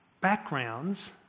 backgrounds